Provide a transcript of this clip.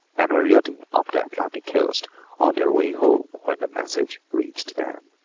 and were yachting up the atlantic coast on their way home when the message reached them.